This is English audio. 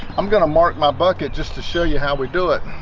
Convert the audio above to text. i'm going to mark my bucket just to show you how we do it